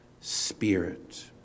Spirit